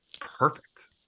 perfect